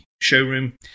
showroom